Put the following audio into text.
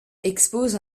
expose